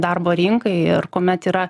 darbo rinkai ir kuomet yra